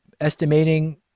estimating